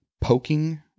poking